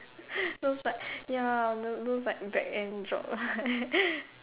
those like ya those those like back end job